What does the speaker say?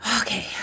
okay